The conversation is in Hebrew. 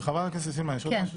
חברת הכנסת סילמן, יש עוד משהו?